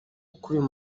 ukuriye